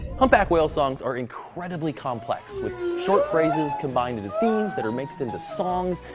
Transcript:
humpback whale songs are incredibly complex, with short phrases combined into themes that are mixed into songs,